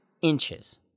inches